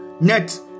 net